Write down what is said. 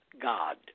God